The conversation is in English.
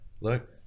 look